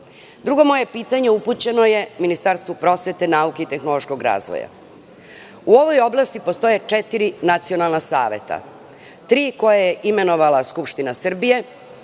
moje pitanje upućeno je Ministarstvu prosvete, nauke i tehnološkog razvoja. U ovoj oblasti postoje četiri nacionalna saveta. Tri koje je imenovala Skupština Srbije